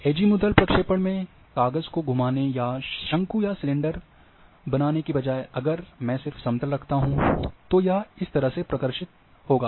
azimuthal प्रक्षेपण में काग़ज़ को घुमाने या शंकु या सिलेंडर बनाने के बजाय अगर मैं सिर्फ समतल रखता हूं तो यह इस तरह से प्रदर्शित होगा